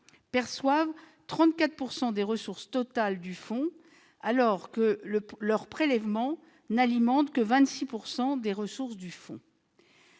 perçoivent 34 % des ressources totales de ce fonds, alors que leurs prélèvements n'alimentent que 26 % de ces ressources.